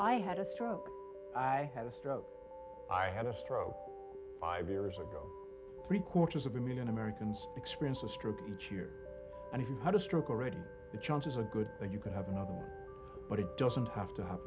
i had a stroke i had a stroke i had a stroke five years ago three quarters of a million americans experience a stroke each year and if you had a stroke already the chances are good that you could have not but it doesn't have to have